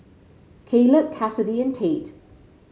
Kaleb Cassidy and Tate